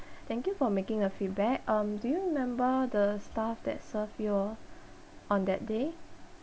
thank you for making a feedback um do you remember the staff that served you uh on that day